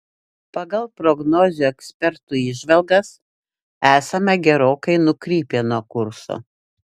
pagal prognozių ekspertų įžvalgas esame gerokai nukrypę nuo kurso